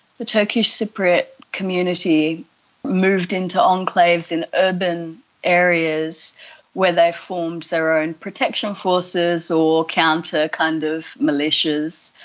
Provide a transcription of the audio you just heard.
the turkish cypriot community moved into enclaves in urban areas where they formed their own protection forces or counter kind of militias,